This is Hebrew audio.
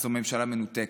אז זו ממשלה מנותקת,